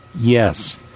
Yes